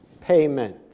payment